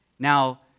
Now